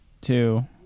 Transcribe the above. two